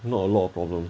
not a lot of problems